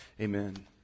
Amen